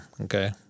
okay